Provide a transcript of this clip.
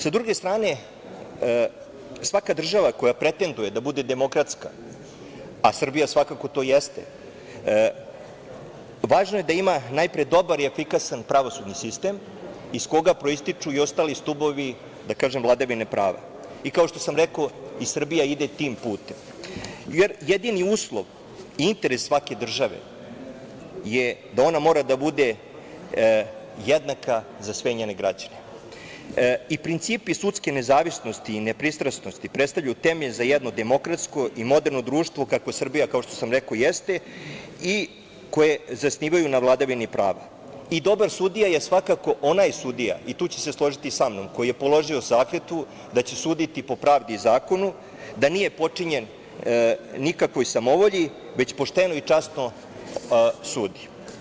Sa druge strane, svaka država koja pretenduje da bude demokratska, a Srbija svakako jeste, važno je da ima najpre dobar i efikasan pravosudni sistem iz koga proističu i ostali stubovi, da kažem, vladavine prava i kao što sam rekao i Srbija ide tim putem, jer jedini uslov i interes svake države je da ona mora da bude jednaka za sve njene građane i principi sudske nezavisnosti i nepristranosti predstavljaju temelj za jednu demokratsko i moderno društvo kakva Srbija, kao što sam rekao, jeste i koje zasnivaju na vladavini prava i dobar sudija je svakako onaj sudija, i tu ćete se složiti sa mnom, koji je položio zakletvu da će suditi po pravdi zakona, da nije potčinjen po nikakvoj samovolji, već pošteno i časno sudi.